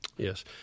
Yes